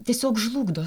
tiesiog žlugdo